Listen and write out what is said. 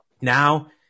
Now